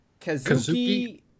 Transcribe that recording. Kazuki